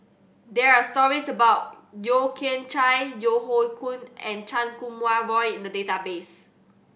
there are stories about Yeo Kian Chai Yeo Hoe Koon and Chan Kum Wah Roy in the database